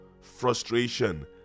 Frustration